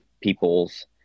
people's